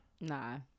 Nah